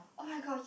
oh-my-god